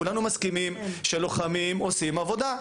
כולנו מסכימים שלוחמים עושים עבודה.